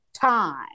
time